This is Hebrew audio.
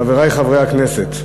חברי חברי הכנסת,